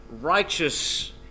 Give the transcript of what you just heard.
righteous